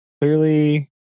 Clearly